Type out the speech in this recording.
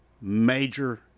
major